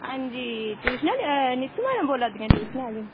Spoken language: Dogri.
अंजी ट्यूशन आह्ली नीतू मैडम बोला'रदियां ट्यूशन आह्ली